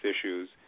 issues